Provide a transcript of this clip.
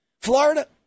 Florida